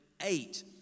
eight